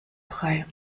brei